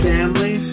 Family